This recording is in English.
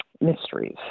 mysteries